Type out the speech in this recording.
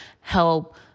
help